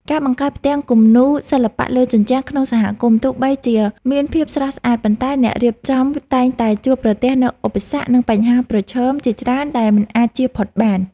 ការបង្កើតផ្ទាំងគំនូរសិល្បៈលើជញ្ជាំងក្នុងសហគមន៍ ទោះបីជាមានភាពស្រស់ស្អាត ប៉ុន្តែអ្នករៀបចំតែងតែជួបប្រទះនូវឧបសគ្គ និងបញ្ហាប្រឈមជាច្រើនដែលមិនអាចជៀសផុតបាន។